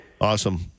Awesome